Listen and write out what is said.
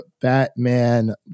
Batman